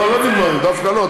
לא, לא נגמר לי, דווקא לא.